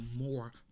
more